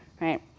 right